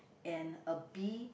and a bee